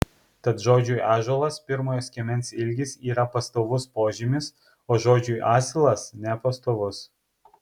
tad žodžiui ąžuolas pirmojo skiemens ilgis yra pastovus požymis o žodžiui asilas nepastovus